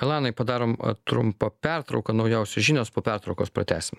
elanai padarom trumpą pertrauką naujausios žinios po pertraukos pratęsim